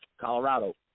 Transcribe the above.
Colorado